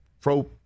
pro